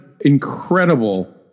incredible